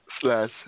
slash